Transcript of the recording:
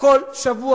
כל שבוע,